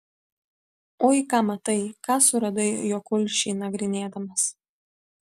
oi ką matai ką suradai jo kulšį nagrinėdamas